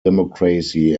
democracy